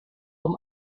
vom